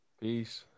Peace